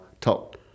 top